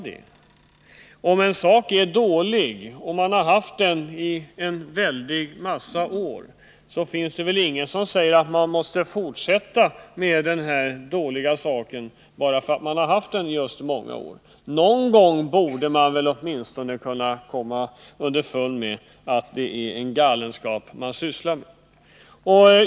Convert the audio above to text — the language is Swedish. Men det finns inget som säger att en dålig företeelse som har funnits i ett stort antal år måste bibehållas bara på grund av detta förhållande. Någon gång borde man komma underfund med att det man sysslar med är en galenskap.